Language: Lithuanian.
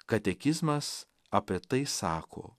katekizmas apie tai sako